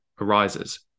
arises